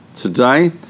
Today